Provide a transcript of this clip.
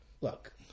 look